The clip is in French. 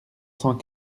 cent